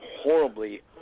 horribly